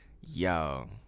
Yo